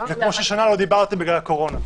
--- זה כמו ששנה לא דיברתם בגלל הקורונה.